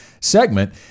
segment